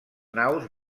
naus